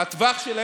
נגמר